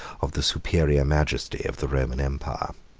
of the superior majesty of the roman empire.